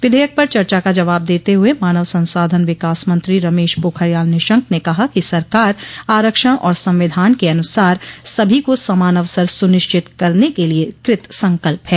विधेयक पर चर्चा का जवाब देते हुए मानव संसाधन विकास मंत्री रमेश पोखरियाल निशंक ने कहा कि सरकार आरक्षण और संविधान के अनुसार सभी को समान अवसर सुनिश्चित करने के लिए कृतसंकल्प है